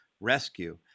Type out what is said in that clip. rescue